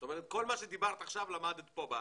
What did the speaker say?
זאת אומרת, כל מה שאמרת כאן עכשיו, למדת בארץ.